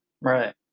Right